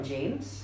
James